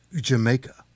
Jamaica